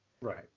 Right